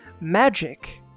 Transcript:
Magic